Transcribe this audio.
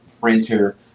printer